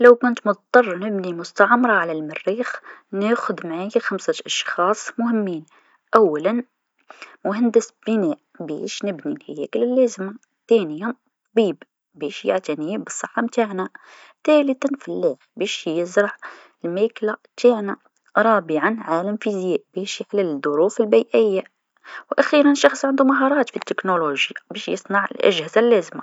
لو كنت مضطره نبني مستعمره على المريخ، ناخذ معايا خمسة أشخاص مهمين، أولا مهندس بناء باش نبني الهياكل اللازمه، ثانيا الطبيب باش يعتني بالصحه نتاعنا، ثالثا الفلاح باش يزرع الماكله نتاعنا، رابعا عالم فيزياء باش يحلل الظروف البيئيه، و أخيرا شخص عندو مهارات في تكنولوجيا باش يصنع الأجهزه اللازمه.